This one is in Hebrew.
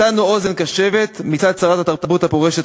מצאנו אוזן קשבת מצד שרת התרבות הפורשת,